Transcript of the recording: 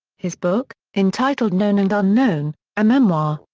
his book, entitled known and unknown a memoir,